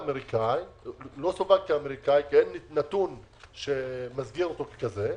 כאמריקאי כי אין נתון שמסגיר אותו ככזה,